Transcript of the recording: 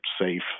safe